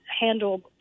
handle